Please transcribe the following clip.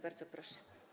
Bardzo proszę.